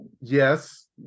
yes